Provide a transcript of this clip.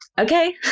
okay